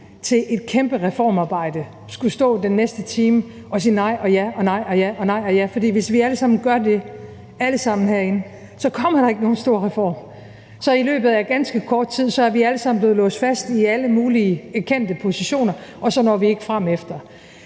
til et kæmpe reformarbejde skulle stå den næste time og sige nej og ja og nej og ja, for hvis vi alle sammen gør det, alle sammen herinde, kommer der ikke nogen stor reform; så er vi i løbet af ganske kort tid alle sammen blevet låst fast i alle mulige kendte positioner, og så når vi ikke fremefter.